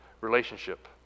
relationship